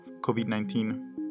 COVID-19